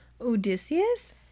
odysseus